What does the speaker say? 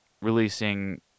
releasing